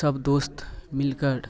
सभ दोस्त मिलकर